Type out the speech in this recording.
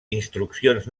instruccions